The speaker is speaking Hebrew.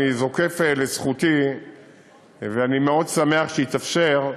אני זוקף לזכותי ואני מאוד שמח שהתאפשר,